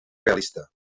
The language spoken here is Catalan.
realista